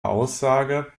aussage